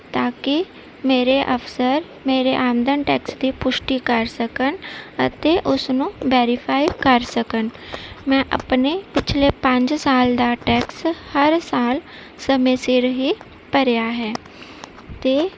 ਤਾਂ ਕੀ ਮੇਰੇ ਅਫਸਰ ਮੇਰੇ ਆਮਦਨ ਟੈਕਸ ਦੀ ਪੁਸ਼ਟੀ ਕਰ ਸਕਣ ਅਤੇ ਉਸਨੂੰ ਵੈਰੀਫਾਈ ਕਰ ਸਕਣ ਮੈਂ ਆਪਣੇ ਪਿਛਲੇ ਪੰਜ ਸਾਲ ਦਾ ਟੈਕਸ ਹਰ ਸਾਲ ਸਮੇਂ ਸਿਰ ਹੀ ਭਰਿਆ ਹੈ ਤੇ